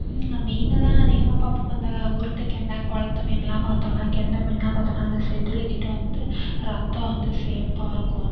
மீன் தான் அதிகமாக பார்ப்போம் இந்த உருட்டு கெண்டை குளத்து மீன்லாம் பார்த்தோனா கெண்டை மீன்லாம் பார்த்தோனா அந்த செதிலுக்கிட்ட வந்து ரத்தம் வந்து சேப்பாக இருக்கும்